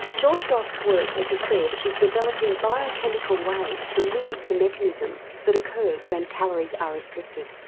george roth's work, as he said, is developing biochemical ways to mimic the mechanism that occurs when calories are restricted.